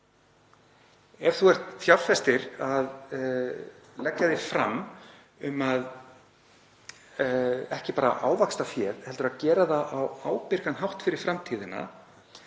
Ef þú ert fjárfestir að leggja þig fram um að ávaxta fé og gera það á ábyrgan hátt fyrir framtíðina